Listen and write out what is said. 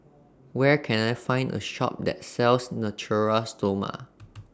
Where Can I Find A Shop that sells Natura Stoma